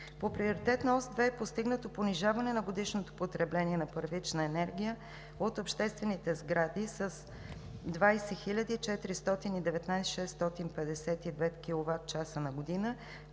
По Приоритетна ос 2 е постигнато понижаване на годишното потребление на първична енергия от обществените сгради с 20 419 652 квч на година,